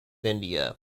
india